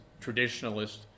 traditionalist